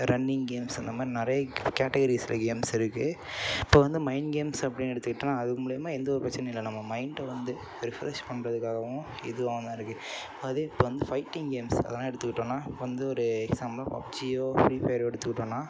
running games இந்தமாதிரி நெறைய categories இருக்கு கேம்ஸ் இருக்கு இப்போ வந்து மைண்ட் கேம்ஸ் அப்படின்னு எடுத்துகிட்டோன்னா அது மூலியமாக எந்த ஒரு பிரச்சனையும் இல்லை நம்ம மைண்டை வந்து ரெஃப்ரெஷ் பண்ணுறதுக்காகவும் இதுவாகாம இருக்கு அதே ஃபைட்டிங் கேம்ஸ் அதெல்லாம் எடுத்துக்கிட்டோம்னா வந்து ஒரு பப்ஜியோ ஃப்ரீ ஃபயர் எடுத்துகிட்டோம்னா